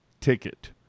ticket